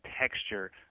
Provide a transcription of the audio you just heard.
texture